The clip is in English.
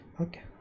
okay